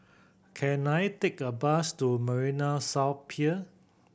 can I take a bus to Marina South Pier